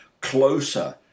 closer